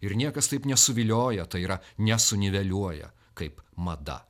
ir niekas taip nesuvilioja tai yra nesuniveliuoja kaip mada